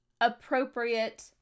Appropriate